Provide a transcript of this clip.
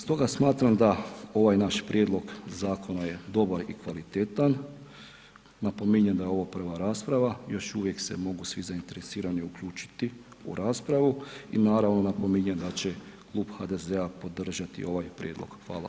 Stoga smatram da ovaj naš prijedlog zakona je dobar i kvalitetan, napominjem da je ovo prva rasprava, još uvijek se mogu svi zainteresirani uključiti u raspravu i naravno napominjem da će Klub HDZ-a podržati ovaj prijedlog.